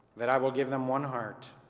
that i will give them one heart.